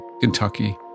Kentucky